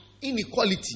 inequality